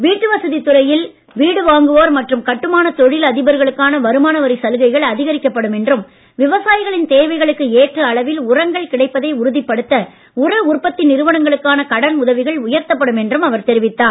வீட்டுவசதி துறையில் வீடு வாங்குவோர் மற்றும் கட்டுமான தொழில் அதிபர்களுக்கான வருமான வரிச் சலுகைகள் அதிகரிக்கப்படும் என்றும் விவசாயிகளின் தேவைகளுக்கு ஏற்ற அளவில் உரங்கள் கிடைப்பதை உறுதிப்படுத்த உர உற்பத்தி நிறுவனங்களுக்கான கடன் உதவிகள் உயர்த்தப்படும் என்றும் அவர் தெரிவித்தார்